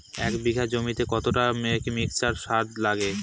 এক বিঘা জমিতে কতটা মিক্সচার সার লাগে?